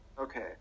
okay